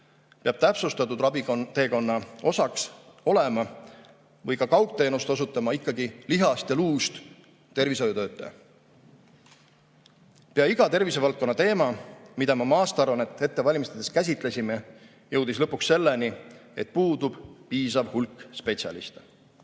peab täpsustatud raviteekonna osaks olema või ka kaugteenust osutama ikkagi lihast ja luust tervishoiutöötaja. Pea iga tervisevaldkonna teema, mida me oma aastaaruannet ette valmistades käsitlesime, jõudis lõpuks selleni, et puudub piisav hulk spetsialiste.